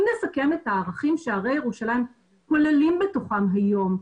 אם נסכם את הערכים שהרי ירושלים כוללים בתוכם היום,